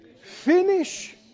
Finish